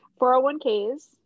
401ks